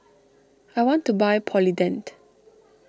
I want to buy Polident